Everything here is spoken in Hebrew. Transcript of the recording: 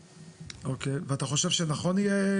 אוקיי, ואתה חושב שנכון יהיה?